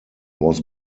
was